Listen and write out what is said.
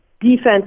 defense